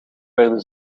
werden